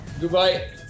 Goodbye